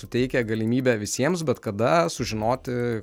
suteikia galimybę visiems bet kada sužinoti